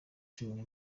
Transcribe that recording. cumi